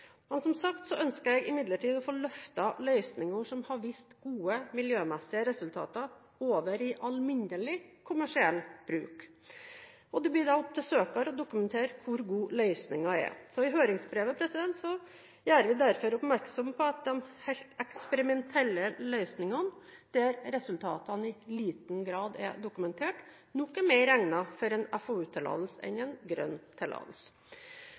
Som sagt ønsker jeg imidlertid å få løftet løsninger som har vist gode miljømessige resultater, over i alminnelig kommersiell bruk. Det blir da opp til søker å dokumentere hvor god løsningen er. I høringsbrevet gjør vi derfor oppmerksom på at de helt eksperimentelle løsningene – der resultatene i liten grad er dokumentert – nok er mer egnet for en FoU-tillatelse enn en grønn tillatelse.